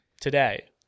today